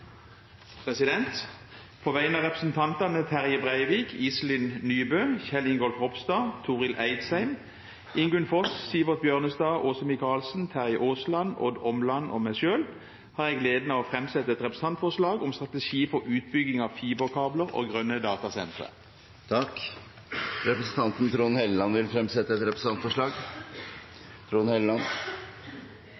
På vegne av representantene Terje Breivik, Iselin Nybø, Kjell Ingolf Ropstad, Torill Eidsheim, Ingunn Foss, Sivert Bjørnstad, Åse Michaelsen, Terje Aasland, Odd Omland og meg selv har jeg gleden av å framsette et representantforslag om strategi for utbygging av fiberkabler og grønne datasentre. Representanten Trond Helleland vil fremsette et representantforslag.